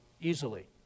easily